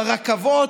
ברכבות,